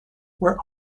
were